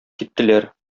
киттеләр